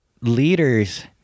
leaders